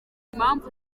impamvu